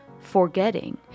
forgetting